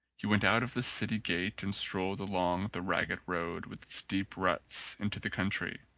he went out of the city gate and strolled along the ragged road, with its deep ruts, into the country.